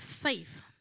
faith